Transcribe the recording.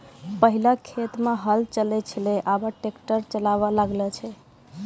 पहिलै खेत मे हल चलै छलै आबा ट्रैक्टर चालाबा लागलै छै